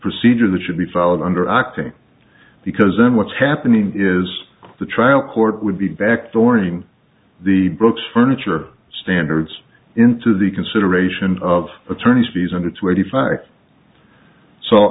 procedure that should be followed under acting because then what's happening is the trial court would be back dooring the books furniture standards into the consideration of attorneys fees under twenty five so